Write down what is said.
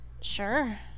sure